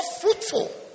fruitful